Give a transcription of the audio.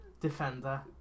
Defender